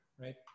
right